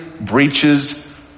breaches